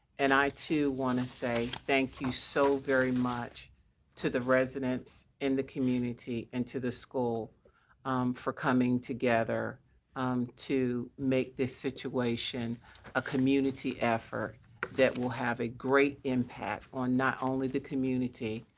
and i, too, want to say thank you so very much to the residents in the community and to the school for coming together um to make this situation a community effort that will have a great impact on not only the community,